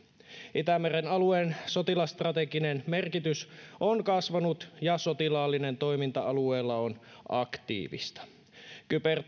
itämeren alueen sotilasstrateginen merkitys on kasvanut ja sotilaallinen toiminta alueella on aktiivista kybertoimintaympäristön ja hybridiuhkien